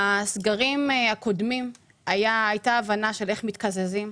בסגרים הקודמים הייתה הבנה על איך מתקזזים,